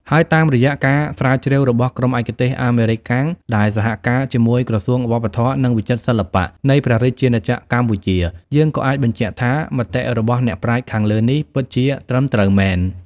ហើយតាមរយៈការស្រាវជ្រាវរបស់ក្រុមឯកទេសអាមេរិកកាំង ដែលសហការណ៍ជាមួយក្រសួងវប្បធម៌ និងវិចិត្រសិល្បៈ នៃព្រះរាជាណាចក្រកម្ពុជា យើង ក៏អាចបញ្ជាក់ថា មតិរបស់អ្នកប្រាជ្ញខាងលើនេះ ពិតជាត្រឹមត្រូវមែន ។